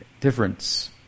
difference